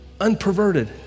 unperverted